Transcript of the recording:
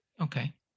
okay